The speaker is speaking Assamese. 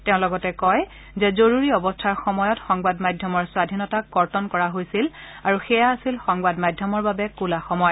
তেওঁ লগতে কয় যে জৰুৰী অৱস্থাৰ সময়ত সংবাদ মাধ্যমৰ স্বধীনতাক কৰ্তন কৰা হৈছিল আৰু সেয়া আছিল সংবাদ মাধ্যমৰ বাবে ক'লা সময়